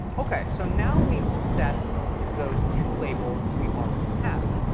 ok, so now we've set those two labels we already have.